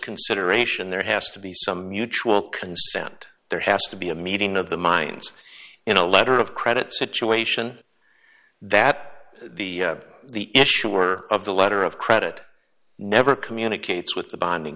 consideration there has to be some mutual consent there has to be a meeting of the minds in a letter of credit situation that the the issuer of the letter of credit never communicates with the bonding